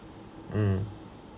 mm